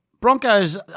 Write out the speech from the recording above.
Broncos